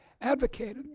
advocated